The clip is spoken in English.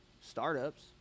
startups